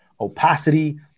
opacity